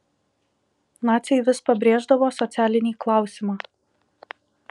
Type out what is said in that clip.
naciai vis pabrėždavo socialinį klausimą